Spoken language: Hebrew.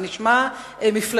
זה נשמע מפלצתי,